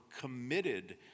committed